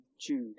Jude